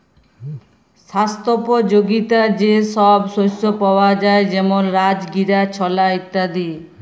স্বাস্থ্যপ যগীতা যে সব শস্য পাওয়া যায় যেমল রাজগীরা, ছলা ইত্যাদি